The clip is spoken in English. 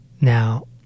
now